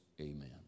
Amen